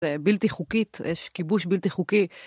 בלתי חוקית, יש כיבוש בלתי חוקי.